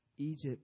Egypt